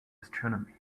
astronomy